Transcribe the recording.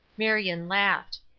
marion laughed.